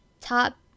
top